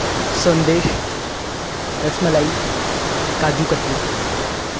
سندیش rasmalai kaju katli